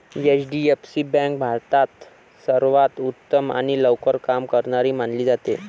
HDFC bank भारतात सर्वांत उत्तम आणि लवकर काम करणारी मानली जाते